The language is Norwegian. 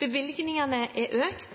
Bevilgningene er økt,